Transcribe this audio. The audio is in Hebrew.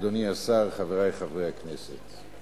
אדוני השר, חברי חברי הכנסת,